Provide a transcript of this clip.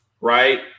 right